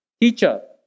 Teacher